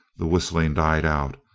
the whistling died out,